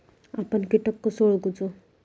आपन कीटक कसो ओळखूचो?